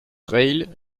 rail